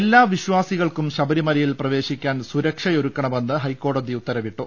എല്ലാ വിശ്വാസികൾക്കും ശബരിമലയിൽ പ്രവേശിക്കാൻ സുരക്ഷയൊരുക്കണമെന്ന് ഹൈക്കോടതി ഉത്തരവിട്ടു